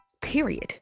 Period